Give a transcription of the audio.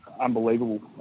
Unbelievable